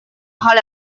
hal